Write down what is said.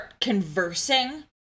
conversing